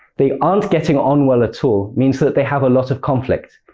they aren't getting on well at all means that they have a lot of conflict.